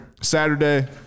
Saturday